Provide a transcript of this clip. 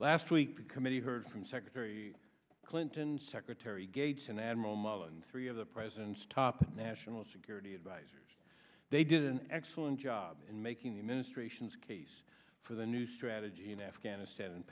last week the committee heard from secretary clinton secretary gates and admiral mullen three of the president's top national security advisers they did an excellent job in making the administration's case for the new strategy in afghanistan and